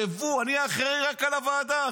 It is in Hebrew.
אני אחראי רק על הוועדה,